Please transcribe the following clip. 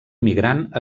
migrant